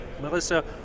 Melissa